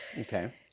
Okay